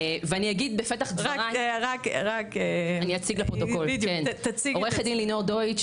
עו"ד לינור דויטש,